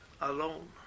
Alone